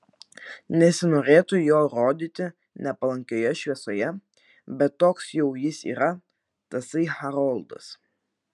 nesinorėtų jo rodyti nepalankioje šviesoje bet toks jau jis yra tasai haroldas